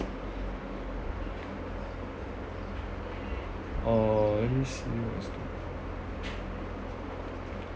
uh let me see what is that